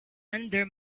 under